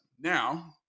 Now